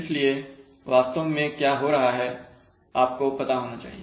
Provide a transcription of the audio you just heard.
इसलिए वास्तव में क्या हो रहा आपको पता होना चाहिए